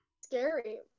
scary